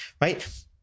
right